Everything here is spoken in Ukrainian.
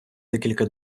декілька